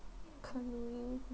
canoeing